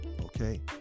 okay